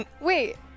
Wait